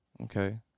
Okay